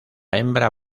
hembra